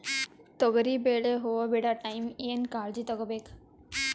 ತೊಗರಿಬೇಳೆ ಹೊವ ಬಿಡ ಟೈಮ್ ಏನ ಕಾಳಜಿ ತಗೋಬೇಕು?